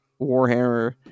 Warhammer